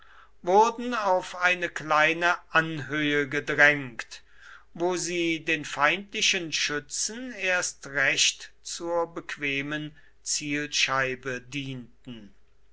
wurden auf eine kleine anhöhe gedrängt wo sie den feindlichen schützen erst recht zur bequemen zielscheibe dienten